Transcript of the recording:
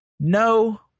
No